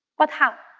but how?